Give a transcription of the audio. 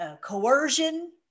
coercion